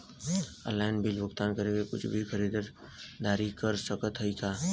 Online bill भुगतान करके कुछ भी खरीदारी कर सकत हई का?